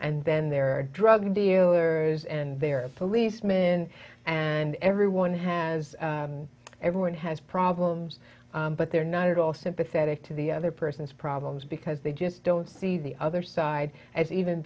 and then there are drug dealers and their policemen and everyone has everyone has problems but they're not at all sympathetic to the other person's problems because they just don't see the other side as even